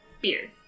Beard